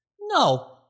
No